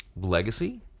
legacy